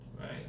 Right